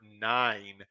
nine